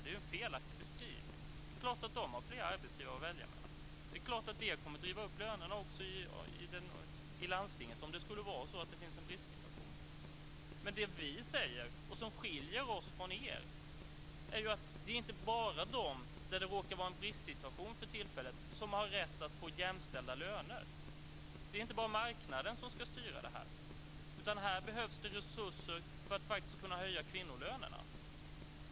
Det är en felaktig beskrivning. Det är klart att de har flera arbetsgivare att välja mellan. Det är klart att det kommer att driva upp lönerna i landstinget om det blir en bristsituation. Men det vi säger, som skiljer oss från er, är att inte bara de som befinner sig på en marknad där det för tillfället råder brist på personal har rätt att få jämställda löner. Det är inte bara marknaden som ska styra detta. Det behövs resurser för att kunna höja kvinnolönerna.